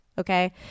Okay